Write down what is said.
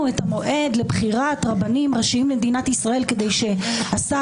את המועד לבחירת רבנים ראשיים למדינת ישראל כדי שהשר